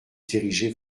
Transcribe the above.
diriger